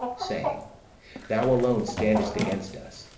saying thou alone standest against us,